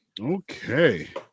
Okay